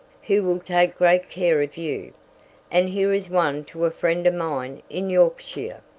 who will take great care of you and here is one to a friend of mine in yorkshire.